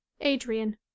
Adrian